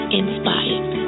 inspired